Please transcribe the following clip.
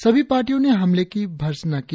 सभी पार्टियों ने हमले की भर्त्सना की